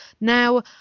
now